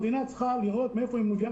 המדינה צריכה לראות מאיפה היא מביאה